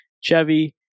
Chevy